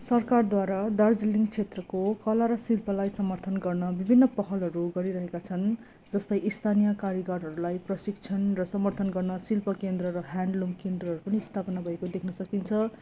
सरकारद्वारा दार्जिलिङ क्षेत्रको कला र शिल्पलाई समर्थन गर्न विभिन्न पहलहरू गरिरहेका छन् जस्तै स्थानीय कारिगरहरूलाई प्रशिक्षण र समर्थन गर्न शिल्प केन्द्र र ह्यान्ड लुम केन्द्रहरू पनि स्थापना भएको देख्न सकिन्छ